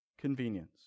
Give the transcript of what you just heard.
convenience